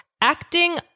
acting